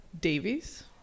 Davies